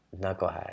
knucklehead